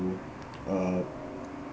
uh